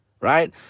right